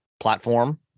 platform